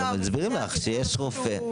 מסבירים לך שיש רופא.